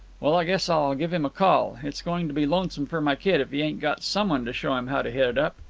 well, i guess i'll give him a call. it's going to be lonesome for my kid if he ain't got some one to show him how to hit it up.